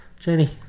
Jenny